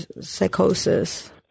psychosis